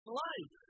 life